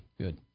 Good